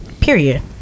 period